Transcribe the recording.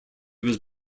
was